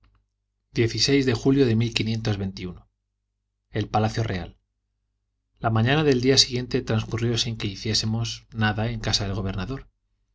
de julio de el palacio real la mañana del día siguiente transcurrió sin que hiciésemos nada en la casa del gobernador